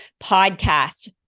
podcast